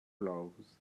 gloves